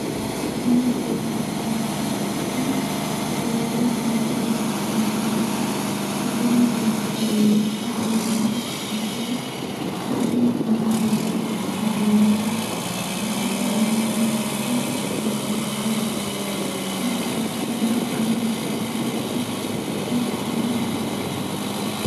Shamba lililotayarishwa kwa kilimo. Mifereji imechibwa kwa umwagiliaji. Babomba meupe yanaonekana yamewekwa ardhini, udongo umeandaliwa kwa kupanda mbegu. Mistari imepangwa vizuri na kwa usawa. Utaratibu wa kilimo cha kisasa, uko wazi.